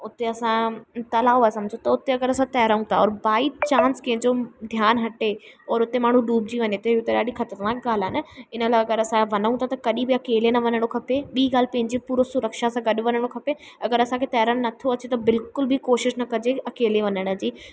हुते असां तलाउ आहे सम्झो त उते अगरि असां तरऊं था और बाई चांस कंहिंजो ध्यानु हटे और हुते माण्हू डूॿिजी वञे हिते त ॾाढी ख़तरनाक ॻाल्हि आहे न इन लाइ अगरि असांजो वञूं था त कढी बि अकेले न वञिणो खपे ॿी ॻाल्हि पंहिंजी पूरो सुरक्षा सां गॾु वञिणो खपे अगरि असांखे तरणु नथो अचे त बिल्कुल बि कोशिशि न कजे अकेले वञण जी